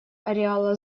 ареала